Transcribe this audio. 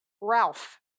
Ralph